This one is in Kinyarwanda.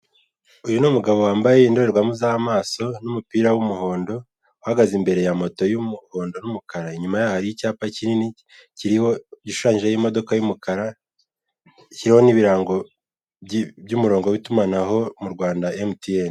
Uyu ni umugabo wamabaye indorerwamo z'amaso n'umupira w'umuhondo uhagaze imbere ya moto y'umuhondo n'umukara, inyuma yaho hari icyapa kinini kiriho gishushanyijeho imodoka y'umukara kiriho n'ibirango by'umurongo w'itumanaho mu Rwanda emutiyeni.